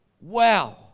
Wow